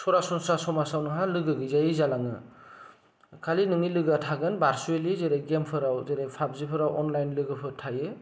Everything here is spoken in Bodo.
सरासनस्रा समाजाव नोंहा लोगो गैजायै जालाङो खालि नोंनि लोगोया थागोन बारसुयेलि जेरै गेमफोराव जेरै फाबजिफोराव अनलाइन लोगोफोर थायो